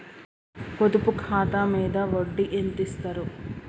పొదుపు ఖాతా మీద వడ్డీ ఎంతిస్తరు?